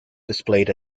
displayed